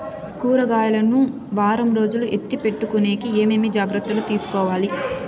కూరగాయలు ను వారం రోజులు ఎత్తిపెట్టుకునేకి ఏమేమి జాగ్రత్తలు తీసుకొవాలి?